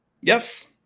Yes